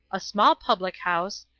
a small public house,